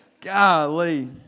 Golly